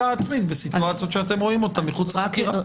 עצמית בסיטואציות שאתם רואים אותן מחוץ לחקירה.